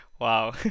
Wow